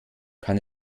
kann